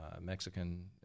Mexican